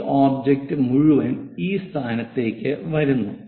ഈ ഒബ്ജക്റ്റ് മുഴുവൻ ഈ സ്ഥാനത്തേക്ക് വരുന്നു